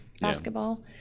basketball